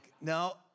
no